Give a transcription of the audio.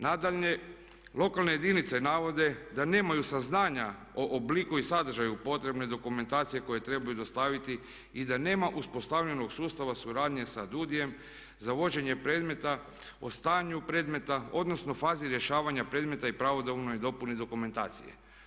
Nadalje, lokalne jedinice navode da nemaju saznanja o obliku i sadržaju potrebne dokumentacije koje trebaju dostaviti i da nema uspostavljenog sustava suradnje sa DUDI-em za vođenje predmeta, o stanju predmeta odnosno fazi rješavanja predmeta i pravodobnoj dopuni dokumentacije.